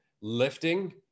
lifting